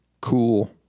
Cool